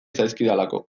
zaizkidalako